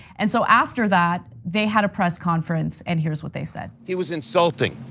and so after that, they had press conference and here's what they said. it was insulting,